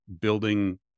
building